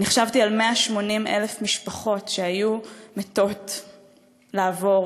חשבתי על 180,000 משפחות שהיו מתות לעבור